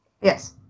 Yes